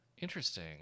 interesting